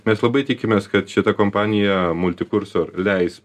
mes labai tikimės kad šita kompanija multikursor leis